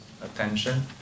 attention